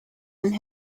and